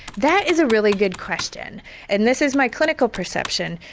that is a really good question and this is my clinical perception,